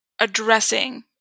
addressing